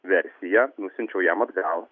versiją nusiunčiau jam atgal